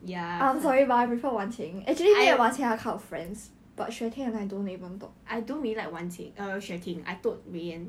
yeah I I don't really like wan qing err xue ting I told rianne